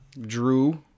Drew